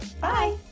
Bye